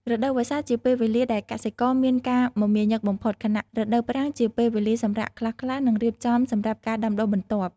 រដូវវស្សាជាពេលវេលាដែលកសិករមានការមមាញឹកបំផុត ខណៈរដូវប្រាំងជាពេលវេលាសម្រាកខ្លះៗ និងរៀបចំសម្រាប់ការដាំដុះបន្ទាប់។